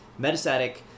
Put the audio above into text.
Metastatic